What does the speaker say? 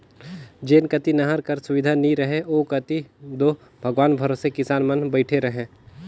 जेन कती नहर कर सुबिधा नी रहें ओ कती दो भगवान भरोसे किसान मन बइठे रहे